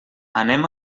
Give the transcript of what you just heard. anem